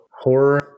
Horror